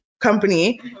company